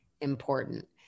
important